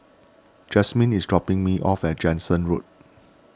Jasmine is dropping me off at Jansen Road